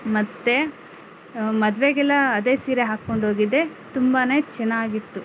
ಮತ್ತು ಮದುವೆಗೆಲ್ಲ ಅದೇ ಸೀರೆ ಹಾಕ್ಕೊಂಡು ಹೋಗಿದ್ದೆ ತುಂಬಾನೆ ಚೆನ್ನಾಗಿತ್ತು